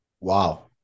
Wow